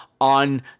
on